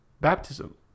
baptism